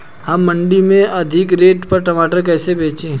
हम मंडी में अधिक रेट पर टमाटर कैसे बेचें?